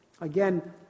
again